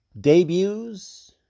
Debuts